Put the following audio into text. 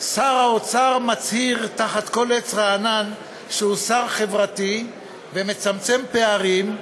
שר האוצר מצהיר תחת כל עץ רענן שהוא שר חברתי ומצמצם פערים.